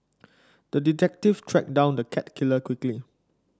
the detective tracked down the cat killer quickly